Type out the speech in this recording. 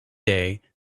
day